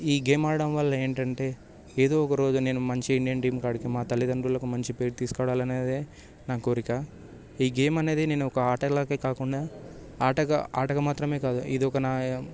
ఈ గేమ్ ఆడటం వల్ల ఏంటంటే ఏదో ఒక రోజు నేను మంచి ఇండియన్ టీమ్ కాడికి మా తల్లిదండ్రులకు మంచి పేరు తీసుకురావాలి అనేదే నా కోరిక ఈ గేమ్ అనేది నేను ఒక ఆటలానే కాకుండా ఆటగా ఆటగా మాత్రమే కాదు ఇదొక నా